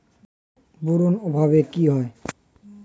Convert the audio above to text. Boron অভাবে কি হয়?